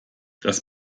das